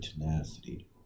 tenacity